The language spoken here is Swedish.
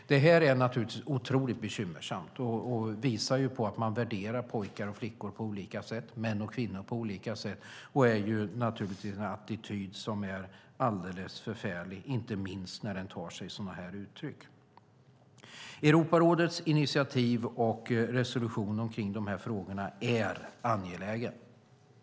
Detta är naturligtvis otroligt bekymmersamt och visar att man värderar pojkar och flickor, män och kvinnor på olika sätt. Det är naturligtvis en attityd som är alldeles förfärlig, inte minst när den tar sig sådana här uttryck. Europarådets initiativ och resolution om dessa frågor är angelägna.